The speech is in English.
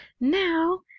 Now